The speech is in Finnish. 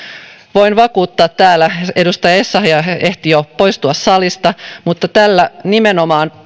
voin vakuuttaa täällä edustaja essayah ehti jo poistua salista että tällä nimenomaan